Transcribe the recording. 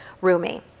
Rumi